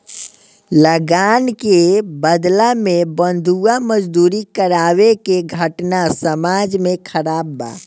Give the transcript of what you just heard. लगान के बदला में बंधुआ मजदूरी करावे के घटना समाज में खराब बा